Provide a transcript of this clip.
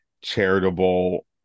charitable